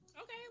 Okay